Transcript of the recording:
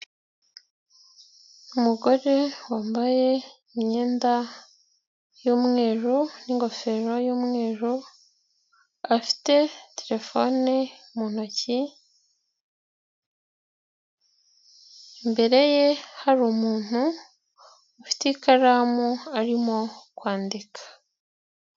Umugore wambaye imyenda y'umweru n'igofero y'umweru, afite terefone mu ntoki, imbere ye hari umuntu ufite ikaramu arimo kwandika.